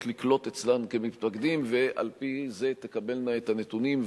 לקלוט אצלן כמתפקדים ועל-פי זה תקבלנה את הנתונים,